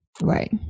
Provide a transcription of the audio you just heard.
Right